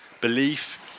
belief